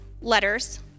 letters